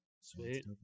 Sweet